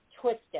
twisted